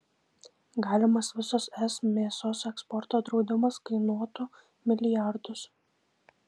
galimas visos es mėsos eksporto draudimas kainuotų milijardus